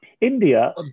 India